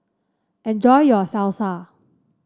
enjoy your Salsa